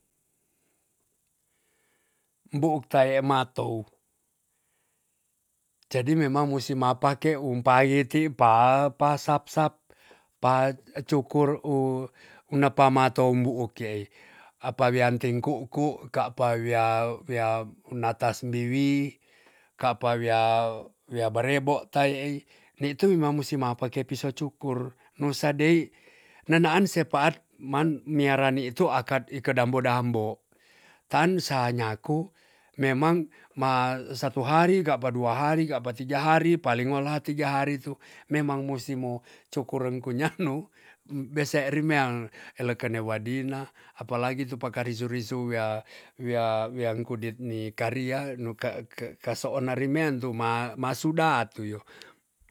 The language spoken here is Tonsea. Bo ekta ye e matou. jadi memang musi mapake um paiti pa pasap sap pa cukur u- una pamantou buuk ki ei. apa wean ting ku ku ka pa wea- wea natas biwi ka pa wia wia- barebok tai ei ni tu mang musi mapake piso cukur nusa dei nenaan se paat man niara nitu akat ikedambo dambo tan sa nyaku memang ma satu hari kapa dua hari kapa tiga hari palingo lat tiga hari tu memang musi mo cukuren ku nyano bese rimea elekene wadina apalagi tu paka risu risu wea- wea- wea kudit ni karia nu ka ke kasoon na remean tu ma masudatu yo